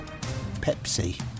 Pepsi